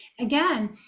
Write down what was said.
Again